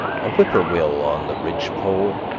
a whip-poor-will on the ridge-pole,